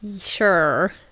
Sure